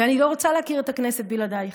ואני לא רוצה להכיר את הכנסת בלעדייך,